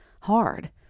hard